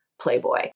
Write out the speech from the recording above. Playboy